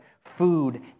Food